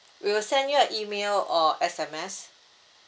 we will send you an email or S_M_S